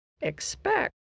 Expect